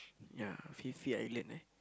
ya Phi-Phi-Island eh